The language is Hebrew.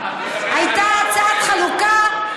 הייתה הצעת חלוקה,